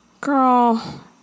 Girl